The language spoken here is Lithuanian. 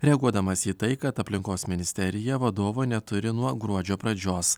reaguodamas į tai kad aplinkos ministerija vadovo neturi nuo gruodžio pradžios